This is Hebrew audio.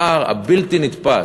הפער הבלתי-נתפס,